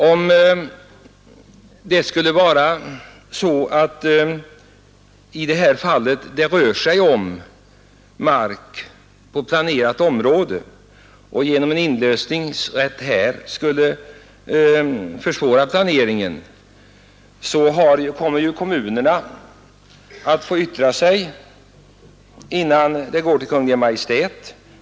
Om det i detta fall skulle röra sig om mark på planerat område och en inlösningsrätt här skulle försvåra planeringen, så kommer ju kommunerna att få yttra sig innan ärendet går till Kungl. Maj:t.